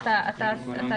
האסירים,